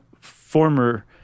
former